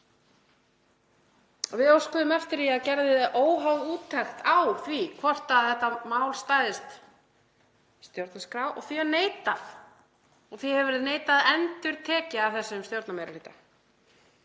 Við óskuðum eftir að gerð yrði óháð úttekt á því hvort þetta mál stæðist stjórnarskrá og því var neitað. Því hefur verið neitað endurtekið af þessum stjórnarmeirihluta